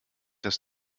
dass